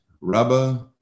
rubber